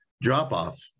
drop-off